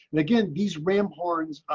and again, these ram horns